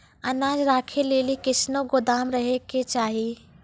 अनाज राखै लेली कैसनौ गोदाम रहै के चाही?